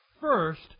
first